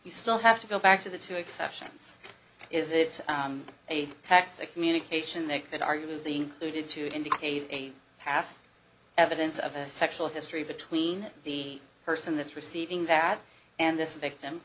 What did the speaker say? you still have to go back to the two exceptions is it's a tax a communication they could argue to be included to indicate a past evidence of a sexual history between the person that's receiving that and this victim